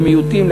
למיעוטים,